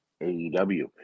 AEW